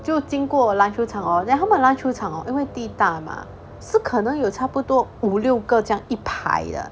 就经过篮球场 hor then 他们篮球场因为地大嘛是可能有差不多五六个这样一排的